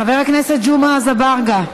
חבר הכנסת ג'מעה אזברגה,